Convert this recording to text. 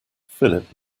philip